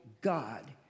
God